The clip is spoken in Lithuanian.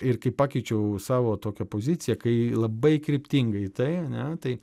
ir kai pakeičiau savo tokią poziciją kai labai kryptingai į tai ane tai